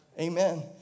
Amen